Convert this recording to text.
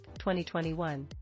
2021